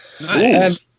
Nice